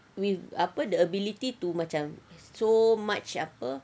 with apa the ability to macam so much apa